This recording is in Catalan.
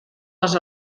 les